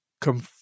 come